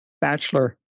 bachelor